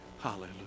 Hallelujah